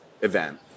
event